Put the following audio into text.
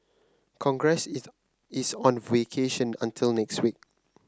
congress is is on vacation until next week